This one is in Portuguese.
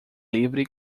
livre